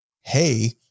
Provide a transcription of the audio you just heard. hey